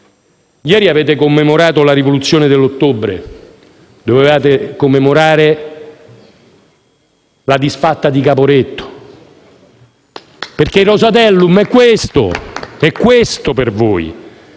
Ieri avete commemorato la Rivoluzione d'ottobre; dovevate commemorare la disfatta di Caporetto, perché il Rosatellum è questo per voi.